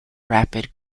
rapid